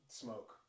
smoke